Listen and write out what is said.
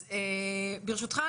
אז, ברשותך,